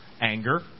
anger